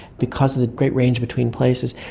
because of the great range between places,